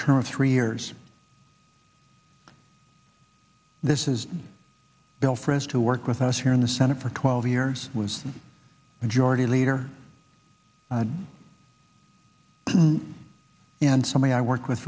term of three years this is bill frist who work with us here in the senate for twelve years was majority leader and somebody i work with